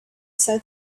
said